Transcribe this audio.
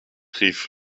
rief